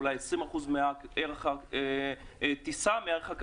אולי 20% מערך הכרטיס.